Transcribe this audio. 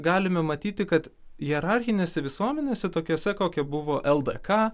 galime matyti kad hierarchinėse visuomenėse tokiose kokia buvo ldk